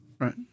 right